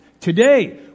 today